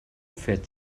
fet